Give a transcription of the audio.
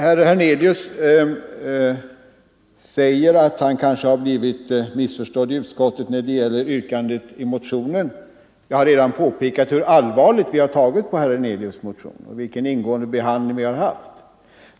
Herr Hernelius framhåller att han kanske har blivit missförstådd i utskottet när det gäller yrkandet i hans motion. Jag har redan påpekat hur allvarligt vi har tagit på herr Hernelius” motion och vilken ingående behandling den har fått.